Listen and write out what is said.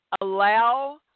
allow